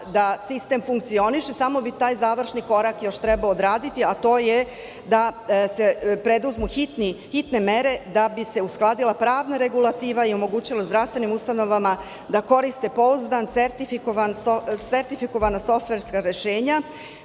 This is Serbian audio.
da sistem funkcioniše. Samo bi taj završni korak trebalo odraditi, a to je da se preduzmu hitne mere da bi se uskladila pravna regulativa i omogućilo zdravstvenim ustanovama da koriste pouzdana i sertifikovana softverska rešenja